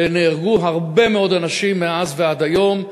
ונהרגו הרבה מאוד אנשים מאז ועד היום.